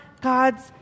God's